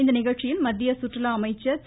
இந்நிகழ்ச்சியில் மத்திய கற்றுலா அமைச்சா் திரு